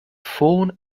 phone